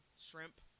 shrimp